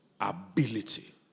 ability